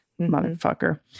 Motherfucker